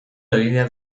egina